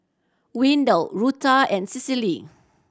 Wendel Rutha and Cicely